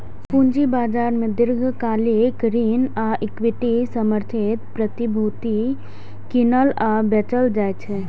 पूंजी बाजार मे दीर्घकालिक ऋण आ इक्विटी समर्थित प्रतिभूति कीनल आ बेचल जाइ छै